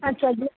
हाँ चलिए